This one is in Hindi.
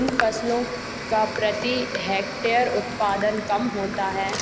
इन फ़सलों का प्रति हैक्टेयर उत्पादन कम होता है